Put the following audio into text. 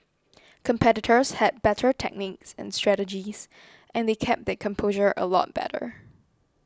competitors had better techniques and strategies and they kept their composure a lot better